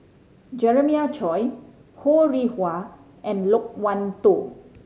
Jeremiah Choy Ho Rih Hwa and Loke Wan Tho